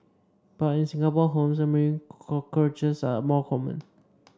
but in Singapore homes American cockroaches are more common